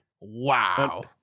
wow